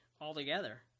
altogether